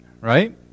right